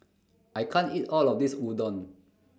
I can't eat All of This Udon